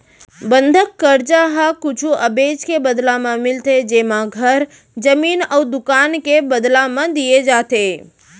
बंधक करजा ह कुछु अबेज के बदला म मिलथे जेमा घर, जमीन अउ दुकान के बदला म दिये जाथे